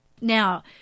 Now